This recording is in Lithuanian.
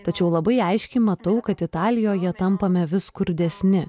tačiau labai aiškiai matau kad italijoje tampame vis skurdesni